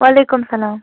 وعلیکُم سلام